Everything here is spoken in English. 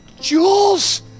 Jules